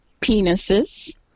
penises